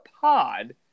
pod